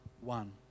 one